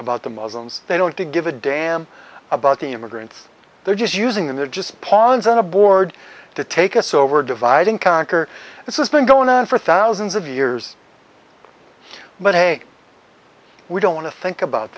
about the muslims they don't give a damn about the immigrants they're just using they're just pawns on a board to take us over divide and conquer and so it's been going on for thousands of years but hey we don't want to think about